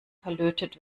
verlötet